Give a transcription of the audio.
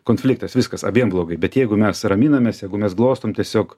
konfliktas viskas abiem blogai bet jeigu mes raminamės jeigu mes glostom tiesiog